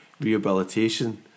rehabilitation